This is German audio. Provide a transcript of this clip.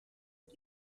und